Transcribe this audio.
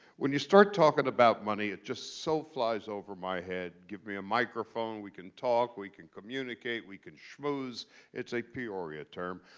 when you start talking about money, it just so flies over my head. give me a microphone. we can talk. we can communicate. we can schmooze it's a peoria term.